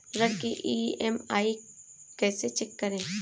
ऋण की ई.एम.आई कैसे चेक करें?